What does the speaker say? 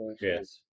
Yes